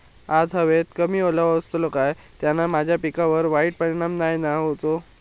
आज हवेत कमी ओलावो असतलो काय त्याना माझ्या पिकावर वाईट परिणाम नाय ना व्हतलो?